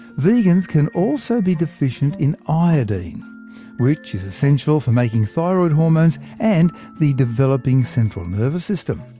vegans can also be deficient in iodine which is essential for making thyroid hormones, and the developing central nervous system.